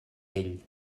ell